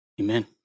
Amen